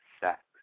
sex